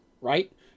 right